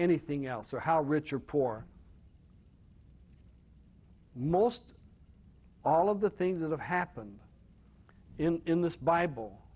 anything else or how rich or poor most all of the things that have happened in the bible